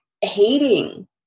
hating